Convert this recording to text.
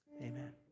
Amen